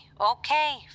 okay